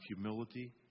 humility